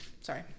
Sorry